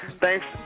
Thanks